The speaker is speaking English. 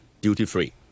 duty-free